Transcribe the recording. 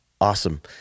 Awesome